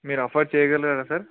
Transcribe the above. మీరు అఫోర్డ్ చేయగలరా సార్